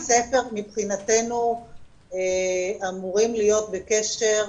בתי הספר מבחינתנו אמורים להיות בקשר,